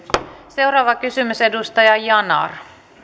seuraava kysymys edustaja yanar